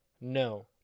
no